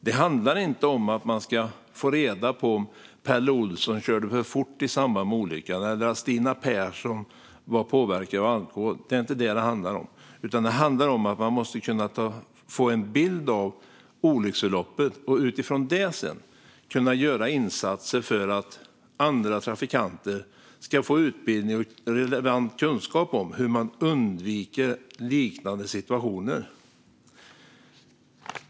Det handlar inte om att man ska få reda på om Pelle Olsson körde för fort i samband med olyckan eller om Stina Persson var påverkad av alkohol, utan det handlar om att man måste kunna få en bild av olycksförloppet och utifrån den sedan kunna göra insatser för att andra trafikanter ska få utbildning och relevant kunskap om hur man undviker liknande situationer.